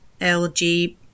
LG